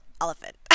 elephant